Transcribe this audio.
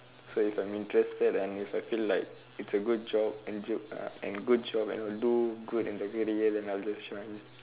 so if I'm interested and if I feel like it's a good job and job uh and good job and I'll do good in the career then I'll just join